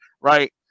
right